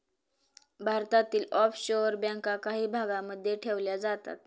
भारतातील ऑफशोअर बँका काही भागांमध्ये ठेवल्या जातात